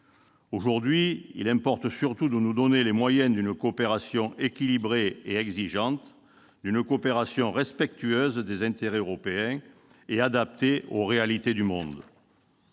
Aujourd'hui, il importe surtout que nous nous donnions les moyens d'une coopération équilibrée et exigeante, d'une coopération respectueuse des intérêts européens et adaptée aux réalités du monde.